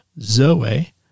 Zoe